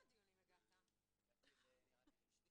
מבחן עובדתי ומשפטי